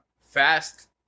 fast